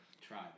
try